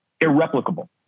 irreplicable